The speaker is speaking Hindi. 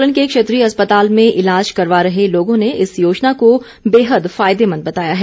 सोलन के क्षेत्रीय अस्पताल में इलाज करवा रहे लोगों ने इस योजना को बेहद फायदेमंद बताया है